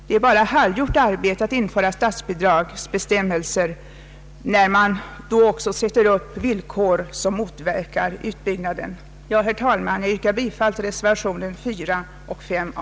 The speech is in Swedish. Det är bara halvgjort arbete att införa statsbidragsbestämmelser när man också sätter upp villkor som motverkar utbyggnaden. Herr talman! Jag yrkar bifall till reservationerna 4 och 5 a.